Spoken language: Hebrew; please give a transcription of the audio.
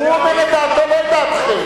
הוא אומר את דעתו, לא את דעתכם.